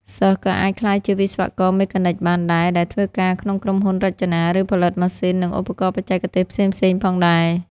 សិស្សក៏អាចក្លាយជាវិស្វករមេកានិកបានដែរ ដែលធ្វើការក្នុងក្រុមហ៊ុនរចនា ឬផលិតម៉ាស៊ីន និងឧបករណ៍បច្ចេកទេសផ្សេងៗផងដែរ។